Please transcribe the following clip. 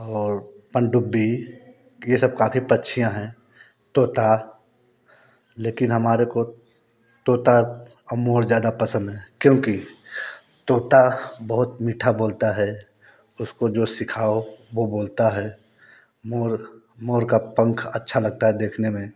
और पंडुबी यह सब काफ़ी पक्षियाँ हैं तोता लेकिन हमारे को तोता औ मोर ज़्यादा पसंद है क्योंकि तोता बहुत मीठा बोलता है उसको जो सिखाओ वो बोलता है मोर मोर का पंख अच्छा लगता है देखने में